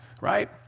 right